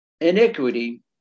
iniquity